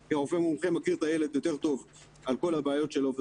כי הרופא המומחה מכיר את הילד יותר טוב על כל הבעיות שלו.